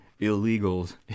illegals